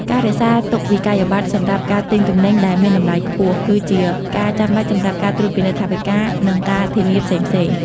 ការរក្សាទុកវិក្កយបត្រសម្រាប់ការទិញទំនិញដែលមានតម្លៃខ្ពស់ គឺជាការចាំបាច់សម្រាប់ការត្រួតពិនិត្យថវិកា និងការធានាផ្សេងៗ។